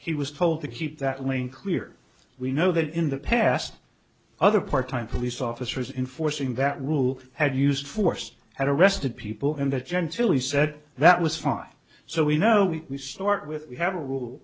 he was told to keep that lane clear we know that in the past other part time police officers in forcing that rule had used force had arrested people in the gentilly said that was fine so we know we start with we have a